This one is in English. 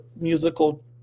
musical